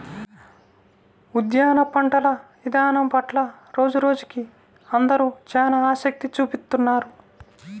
ఉద్యాన పంటల ఇదానం పట్ల రోజురోజుకీ అందరూ చానా ఆసక్తి చూపిత్తున్నారు